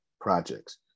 projects